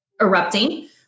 erupting